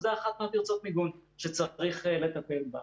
זו אחת מפרצות המיגון שצריך לטפל בה.